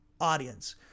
audience